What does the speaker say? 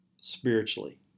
spiritually